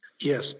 Yes